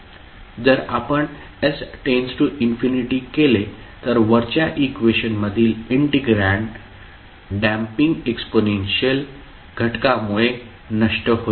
जर आपण s →∞ केले तर वरच्या इक्वेशनमधील इंन्टीग्रँड डॅम्पिंग एक्सपोनेन्शियल घटकामुळे नष्ट होईल